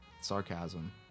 Sarcasm